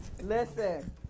listen